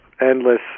endless